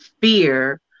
fear